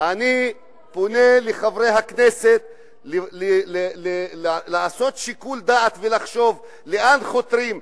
אני פונה לחברי הכנסת לעשות שיקול דעת ולחשוב לאן חותרים.